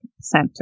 center